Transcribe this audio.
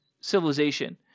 civilization